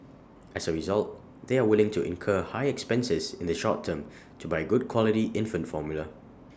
as A result they are willing to incur high expenses in the short term to buy good quality infant formula